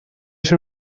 ser